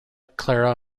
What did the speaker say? clara